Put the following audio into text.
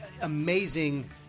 amazing